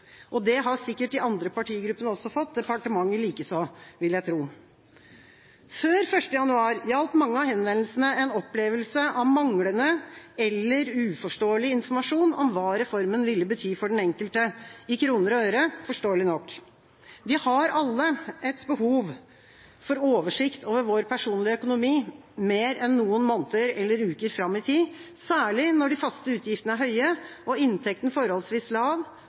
Det har sikkert de andre partigruppene også fått, departementet likeså, vil jeg tro. Før 1. januar gjaldt mange av henvendelsene en opplevelse av manglende eller uforståelig informasjon om hva reformen ville bety for den enkelte – i kroner og øre, forståelig nok. Vi har alle behov for oversikt over vår personlige økonomi mer enn noen måneder eller uker fram i tid, særlig når de faste utgiftene er høye og inntekten forholdsvis lav,